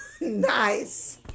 nice